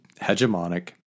hegemonic